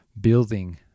building